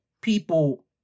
people